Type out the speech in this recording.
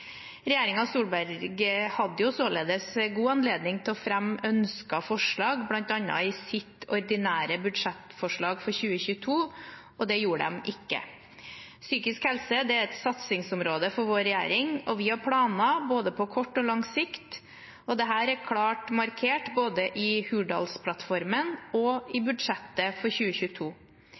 Solberg hadde således god anledning til å fremme ønskede forslag, bl.a. i sitt ordinære budsjettforslag for 2022, og det gjorde de ikke. Psykisk helse er et satsingsområde for vår regjering, og vi har planer både på kort og lang sikt. Dette er klart markert både i Hurdalsplattformen og i budsjettet for 2022.